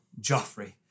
Joffrey